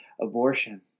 abortion